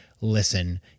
listen